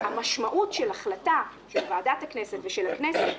המשמעות של החלטה של ועדת הכנסת ושל הכנסת